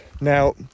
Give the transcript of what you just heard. Now